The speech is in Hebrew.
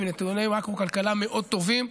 עם נתוני מקרו-כלכלה מאוד טובים,